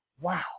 Wow